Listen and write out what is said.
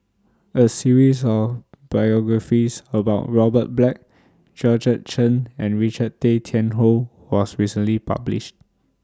A series of biographies about Robert Black Georgette Chen and Richard Tay Tian Hoe was recently published